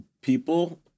people